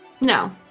No